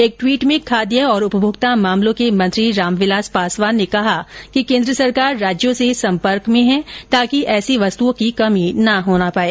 एक ट्वीट में खाद्य और उपभोक्ता मामलों के मंत्री रामविलास पासवान ने कहा कि केन्द्र सरकार राज्यों से संपर्क में है ताकि ऐसी वस्तुओं की कमी न होने पाए